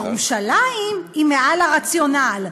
ירושלים היא מעל הרציונל.